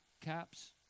caps